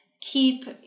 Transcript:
keep